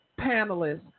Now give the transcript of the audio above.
panelists